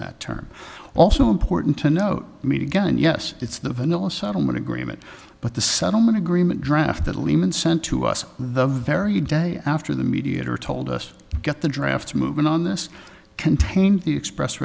that term also important to note meet again yes it's the vanilla settlement agreement but the settlement agreement draft that lehman sent to us the very day after the mediator told us to get the draft moving on this contained the express